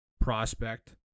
prospect